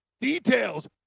details